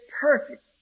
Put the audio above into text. perfect